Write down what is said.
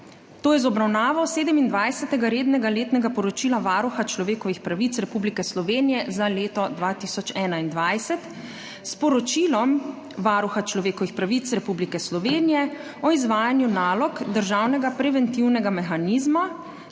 to je z obravnavo Sedemindvajsetega rednega letnega poročila Varuha človekovih pravic Republike Slovenije za leto 2021 s Poročilom Varuha človekovih pravic Republike Slovenije o izvajanju nalog državnega preventivnega mehanizma